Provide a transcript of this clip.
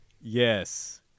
Yes